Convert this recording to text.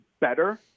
better